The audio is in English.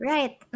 Right